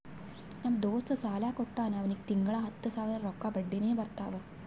ನಮ್ ದೋಸ್ತ ಸಾಲಾ ಕೊಟ್ಟಾನ್ ಅವ್ನಿಗ ತಿಂಗಳಾ ಹತ್ತ್ ಸಾವಿರ ರೊಕ್ಕಾ ಬಡ್ಡಿನೆ ಬರ್ತಾವ್